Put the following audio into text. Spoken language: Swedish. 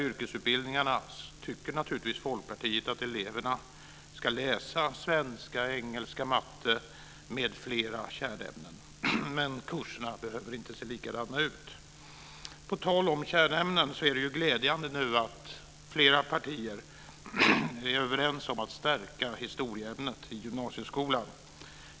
Folkpartiet tycker naturligtvis att eleverna på dessa yrkesutbildningar ska läsa svenska, engelska, matte och andra kärnämnen, men kurserna behöver inte se likadana ut. På tal om kärnämnen är det glädjande att flera partier är överens om att stärka historieämnet i gymnasieskolan.